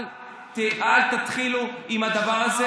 אל תתחילו עם הדבר הזה,